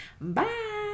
Bye